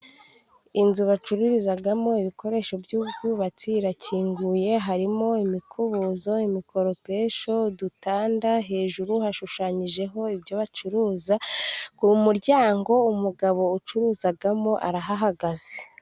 Inzu bacururizamo ibikoresho by'ubwubatsi irakinguye harimo imikubozo, imikoropesho udutanda hejuru hashushanyijeho ibyo bacuruza k'umuryango umugabo ucururizamo arahahagaze.